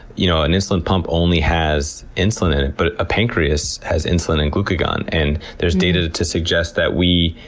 you know an insulin pump only has insulin in it. but a pancreas has insulin and glucagon, and there's data to suggest that we,